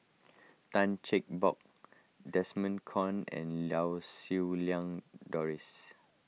Tan Cheng Bock Desmond Kon and Lau Siew Lang Doris